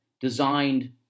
designed